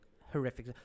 horrific